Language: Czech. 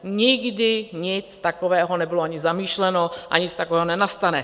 Nikdy nic takového nebylo ani zamýšleno a nic takového nenastane.